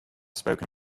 spoken